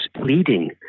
pleading